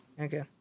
Okay